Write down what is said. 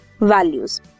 values